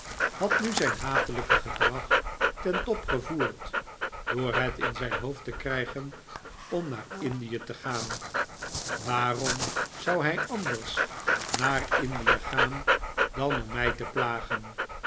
had nu zijn hatelijke gedrag ten top gevoerd door het in zijn hoofd te krijgen om naar indie te gaan waarom zou hij anders naar indie gaan dan om mij te plagen